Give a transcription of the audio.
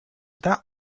that